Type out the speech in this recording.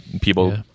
people